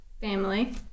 family